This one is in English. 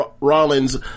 Rollins